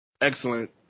Excellent